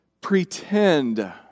pretend